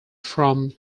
from